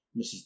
Mrs